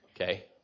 Okay